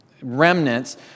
remnants